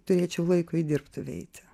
turėčiau laiko į dirbtuvę eiti